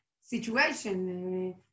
situation